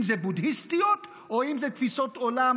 אם זה בודהיסטיות ואם זה תפיסות עולם